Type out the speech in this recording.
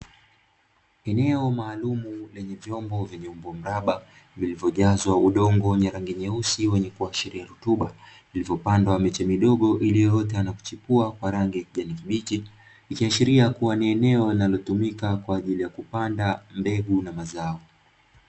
Eneo maalumu lenye vyombo vyenye umbo mraba, vilivyo jazwa udongo wenye rangi nyeusi wenye kuashiria rutuba, zilivyo pandwa miche midogo iliyoota na kuchipua kwa rangi ya kijani kibichi. Ikiashiria kuwa ni eneo linalotumika kwajili ya kupanda mbegu na mazao.